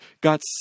got